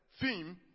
theme